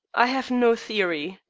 i have no theory.